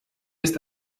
ist